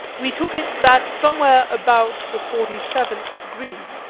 we took it, that somewhere about the forty seventh degree,